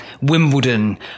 Wimbledon